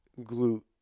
glute